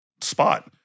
spot